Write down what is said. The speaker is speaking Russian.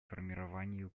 формированию